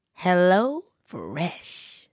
HelloFresh